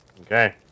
Okay